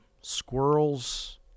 squirrels